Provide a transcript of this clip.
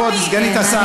כבוד סגנית השר.